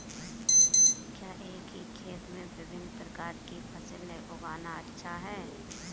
क्या एक ही खेत में विभिन्न प्रकार की फसलें उगाना अच्छा है?